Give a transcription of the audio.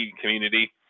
community